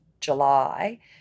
July